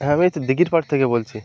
হ্যাঁ আমি এই তো দিঘির পাড় থেকে বলছি